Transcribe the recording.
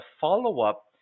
follow-up